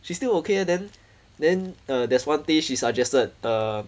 she's still okay eh then then uh there's one day she suggested uh